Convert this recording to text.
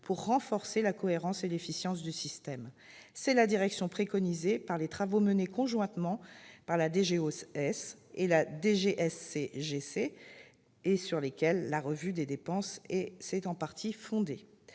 pour renforcer la cohérence et l'efficience du système. C'est la direction préconisée par les travaux menés conjointement par la DGOS et par la DGSCGC, et sur lesquels la revue de dépenses s'est en partie fondée.